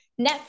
Netflix